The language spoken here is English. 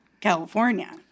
California